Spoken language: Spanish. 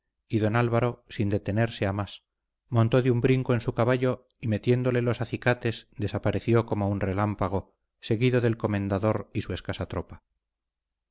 y don álvaro sin detenerse a más montó de un brinco en su caballo y metiéndole los acicates desapareció como un relámpago seguido del comendador y su escasa tropa